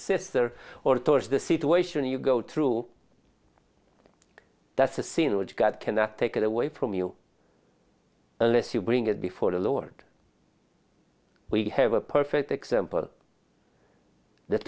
sister or towards the situation you go through that's a sin which god cannot take away from you unless you bring it before the lord we have a perfect example the